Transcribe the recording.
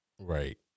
right